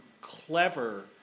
clever